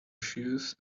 shoes